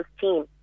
team